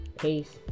peace